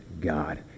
God